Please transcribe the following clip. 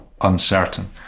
uncertain